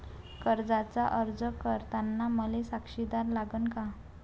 कर्जाचा अर्ज करताना मले साक्षीदार लागन का?